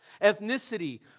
ethnicity